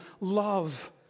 love